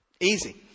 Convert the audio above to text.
Easy